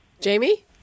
Jamie